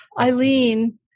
Eileen